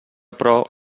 però